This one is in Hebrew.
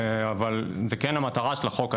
אבל זה כן המטרה של החוק.